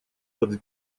под